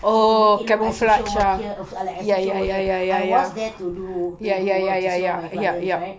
so to make it look like a social work here like like a social worker I was there to do to do work to see all my clients right